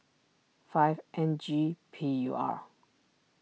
five N G P U R